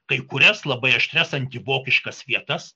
kai kurias labai aštrias antivokiškas vietas